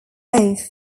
off